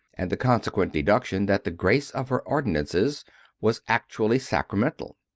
and the consequent deduc tion that the grace of her ordinances was actually sacramental.